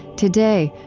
today,